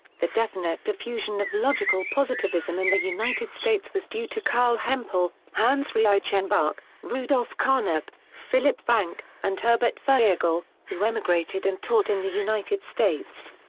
the definite diffusion of logical positivism in the united states was due to carl hempel, hans reichenbach, rudolf carnap, philipp frank, and herbert feigl, who emigrated and taught in the united states.